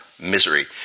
Misery